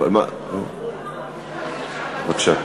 בבקשה.